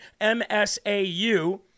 MSAU